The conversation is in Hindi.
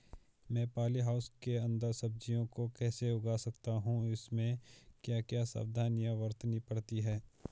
मैं पॉली हाउस के अन्दर सब्जियों को कैसे उगा सकता हूँ इसमें क्या क्या सावधानियाँ बरतनी पड़ती है?